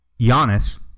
Giannis